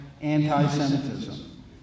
anti-Semitism